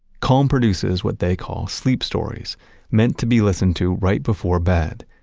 calm produces what they call sleep stories meant to be listened to right before bed.